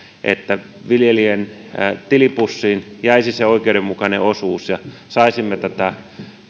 että viljelijän tilipussiin jäisi oikeudenmukainen osuus saisimme tätä